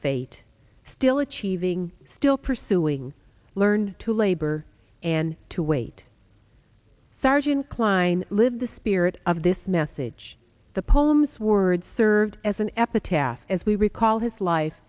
fate still achieving still pursuing learn to labor and to wait sergeant cline live the spirit of this message the poems word served as an epitaph as we recall his life